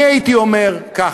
אני הייתי אומר כך: